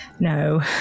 no